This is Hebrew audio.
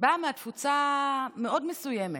באה מהתפוצה המאוד-מסוימת,